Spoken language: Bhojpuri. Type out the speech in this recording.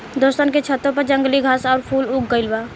दोस्तन के छतों पर जंगली घास आउर फूल उग गइल बा